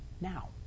now